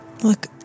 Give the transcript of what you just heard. Look